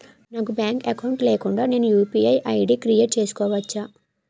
నాకు bank account లేకుండా నేను యు.పి.ఐ ఐ.డి క్రియేట్ చేసుకోవచ్చా?